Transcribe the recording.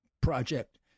Project